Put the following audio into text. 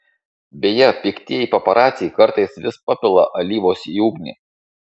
beje piktieji paparaciai kartais vis papila alyvos į ugnį